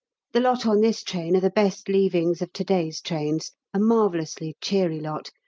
the lot on this train are the best leavings of to-day's trains a marvellously cheery lot,